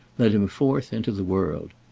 led him forth into the world.